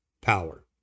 power